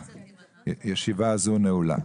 הישיבה הזו נעולה.